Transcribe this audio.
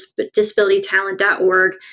disabilitytalent.org